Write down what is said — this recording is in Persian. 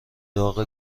داغ